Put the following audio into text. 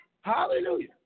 Hallelujah